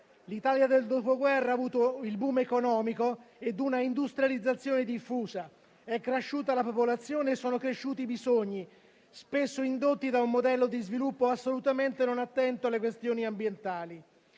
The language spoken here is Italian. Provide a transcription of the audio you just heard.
L'Italia del dopoguerra ha avuto il *boom* economico ed una industrializzazione diffusa. È cresciuta la popolazione e sono cresciuti i bisogni, spesso indotti da un modello di sviluppo assolutamente non attento alle questioni ambientali.